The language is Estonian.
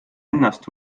ennast